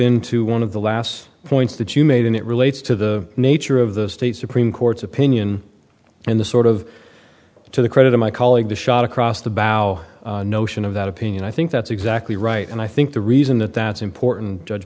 into one of the last points that you made and it relates to the nature of the state supreme court's opinion and the sort of to the credit of my colleagues shot across the bow notion of that opinion i think that's exactly right and i think the reason that that's important judge